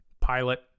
Pilot